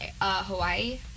Hawaii